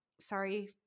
Sorry